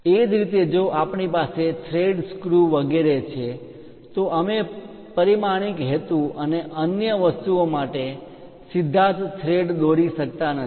એ જ રીતે જો આપણી પાસે થ્રેડ સ્ક્રૂ વગેરે છે તો અમે પરિમાણિક હેતુ અને અન્ય વસ્તુઓ માટે સીધા જ થ્રેડ દોરી શકતા નથી